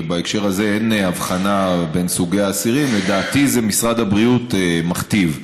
ובהקשר הזה אין הבחנה בין סוגי האסירים לדעתי משרד הבריאות מכתיב.